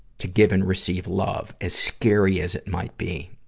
to give and receive love, as scary as it might be,